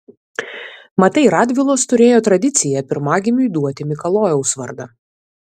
matai radvilos turėjo tradiciją pirmagimiui duoti mikalojaus vardą